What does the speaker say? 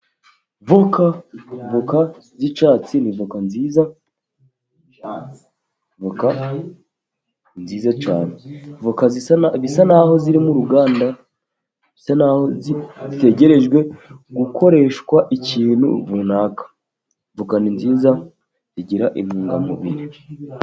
voka, voka z'icyatsi ni nziza cyane; voka nziza bisa n'aho ziri mu ruganda bisa n'aho zitegereje gukoreshwa ikintu runaka kandi ni nziza zigira intungamubiri.